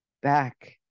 back